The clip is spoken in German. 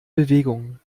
bewegung